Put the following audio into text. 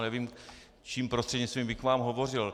Nevím, čím prostřednictvím bych k vám hovořil.